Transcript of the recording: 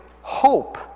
hope